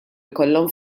ikollhom